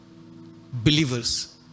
Believers